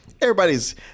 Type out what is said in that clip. Everybody's